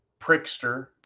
Prickster